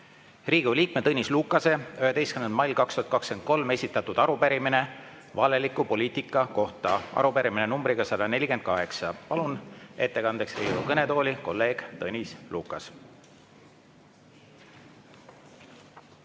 Riigikogu liikme Tõnis Lukase 11. mail 2023 esitatud arupärimine valeliku poliitika kohta, arupärimine numbriga 148. Palun ettekandeks Riigikogu kõnetooli kolleeg Tõnis Lukase.